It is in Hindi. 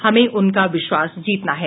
हमें उनका विश्वास जीतना है